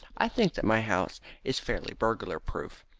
i think that my house is fairly burglar-proof.